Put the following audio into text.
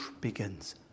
begins